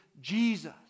Jesus